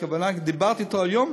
דיברתי אתו היום